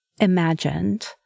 Imagined